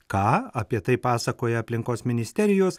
ką apie tai pasakoja aplinkos ministerijos